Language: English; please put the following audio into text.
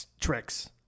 tricks